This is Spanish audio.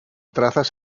trazas